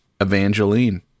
Evangeline